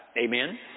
Amen